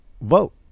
vote